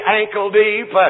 ankle-deep